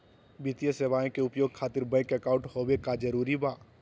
वित्तीय सेवाएं के उपयोग खातिर बैंक अकाउंट होबे का जरूरी बा?